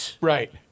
Right